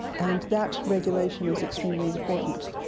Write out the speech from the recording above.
and that regulation is extremely important.